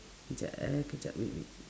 jap eh kejap wait wait